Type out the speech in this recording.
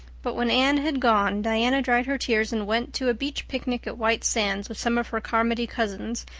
but when anne had gone diana dried her tears and went to a beach picnic at white sands with some of her carmody cousins,